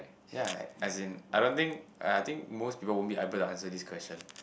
ya as in I don't think I I think most people won't be able to answer this question